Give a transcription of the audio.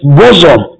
bosom